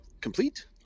complete